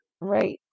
right